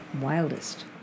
Wildest